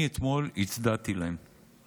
אני הצדעתי להם אתמול.